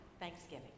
thanksgiving